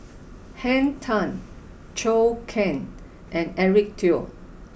Henn Tan Zhou Can and Eric Teo